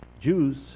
Jews